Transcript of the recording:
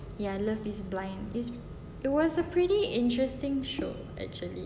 ya love is blind is it was a pretty interesting show actually